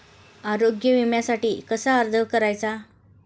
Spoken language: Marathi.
आरोग्य विम्यासाठी कसा अर्ज करायचा?